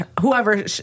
whoever